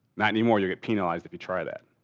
not anymore. you'll get penalized if you try that.